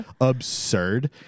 absurd